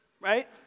Right